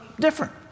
different